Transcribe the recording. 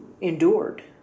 endured